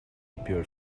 appeared